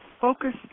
Focus